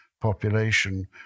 population